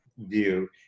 view